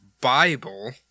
Bible